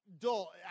dull